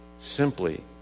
Simply